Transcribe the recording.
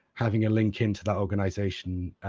having a link into that organisation,